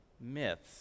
myths